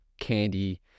candy